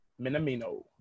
Minamino